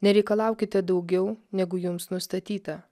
nereikalaukite daugiau negu jums nustatyta